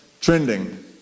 trending